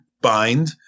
bind